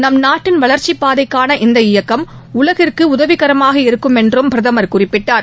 நம்நாட்டின் வளர்ச்சிப் பாதைக்கான இந்த இயக்கம் உலகிற்கு உதவிகரமாக இருக்கும் என்று பிரதமர் குறிப்பிட்டார்